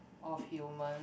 of human